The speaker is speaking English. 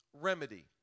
Remedy